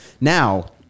Now